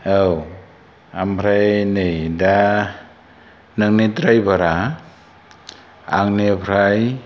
औ ओमफ्राय नै दा नोंनि द्राइभारआ आंनिफ्राय